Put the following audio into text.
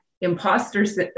imposters